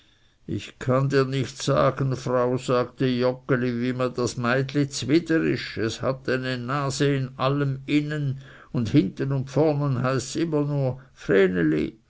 ich kann dir nicht sagen frau sagte joggeli wie mir das meitli zwider ist es hat seine nase in allem innen und hinten und vornen heißts immer nur